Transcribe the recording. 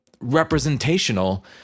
representational